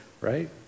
right